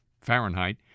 Fahrenheit